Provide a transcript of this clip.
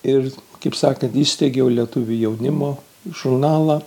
ir kaip sakant įsteigiau lietuvių jaunimo žurnalą